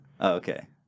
Okay